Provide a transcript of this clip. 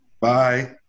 Bye